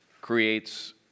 creates